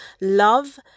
love